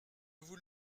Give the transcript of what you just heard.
vous